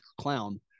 clown